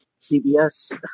CBS